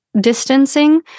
distancing